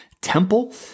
temple